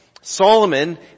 Solomon